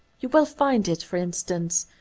you will find it, for instance,